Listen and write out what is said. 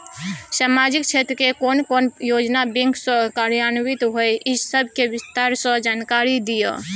सामाजिक क्षेत्र के कोन कोन योजना बैंक स कार्यान्वित होय इ सब के विस्तार स जानकारी दिय?